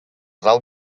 зал